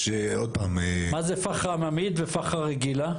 מה זה פחה עממית ופחה רגילה?